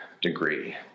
degree